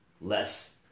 less